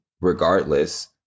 regardless